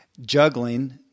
juggling